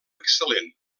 excel·lent